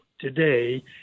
today